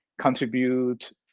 contribute